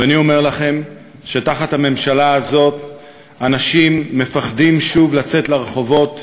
ואני אומר לכם שתחת הממשלה הזאת אנשים מפחדים שוב לצאת לרחובות,